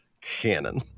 canon